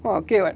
!wah! okay [what]